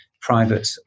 private